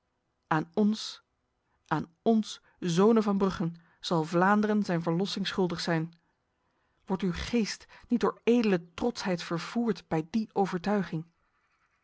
leeuw wedergeven aan ons aan ons zonen van brugge zal vlaanderen zijn verlossing schuldig zijn wordt uw geest niet door edele trotsheid vervoerd bij die overtuiging